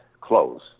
close